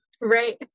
Right